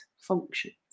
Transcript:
functions